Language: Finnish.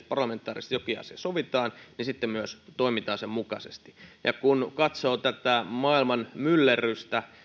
parlamentaarisesti jokin asia sovitaan niin sitten myös toimitaan sen mukaisesti ja kun katsoo tätä maailman myllerrystä